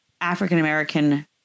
african-american